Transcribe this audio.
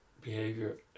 behavior